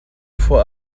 for